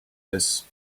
this